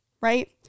right